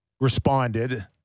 responded